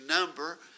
number